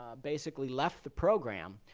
ah basically left the program,